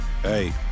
Hey